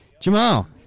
Jamal